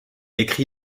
écrit